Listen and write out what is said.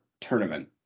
tournament